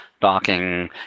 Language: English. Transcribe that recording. docking